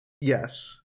Yes